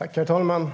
Herr talman!